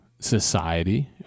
Society